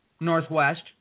northwest